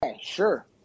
Sure